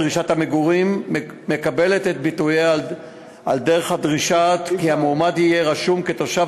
דרישת המגורים מקבלת את ביטויה על דרך הדרישה כי המועמד יהיה רשום כתושב